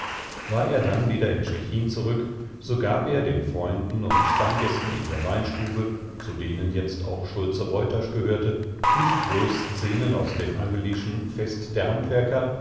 war er dann wieder in tschechin zurück so gab er den freunden und stammgästen in der weinstube zu denen jetzt auch schulze woytasch gehörte nicht blos scenen aus dem angely'schen fest der handwerker